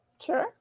Sure